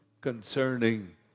concerning